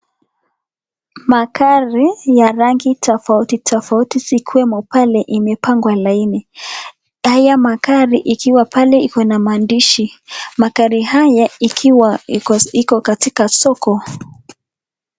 Magari ya rangi tofauti tofauti zikiwemo pale imepangwa laini. Haya magari ikiwa pale ikona maandishi. Magari haya ikiwa iko katika soko.